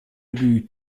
ubu